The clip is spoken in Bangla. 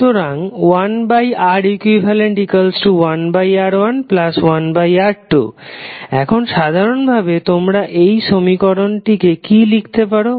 সুতরাং 1Req1R11R2 এখন সাধারণ ভাবে তোমরা এই সমীকরণটিকে কি লিখতে পারো